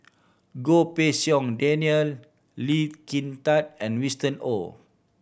Goh Pei Siong Daniel Lee Kin Tat and Winston Oh